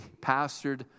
pastored